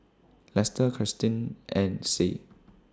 Lester Kirsten and Sie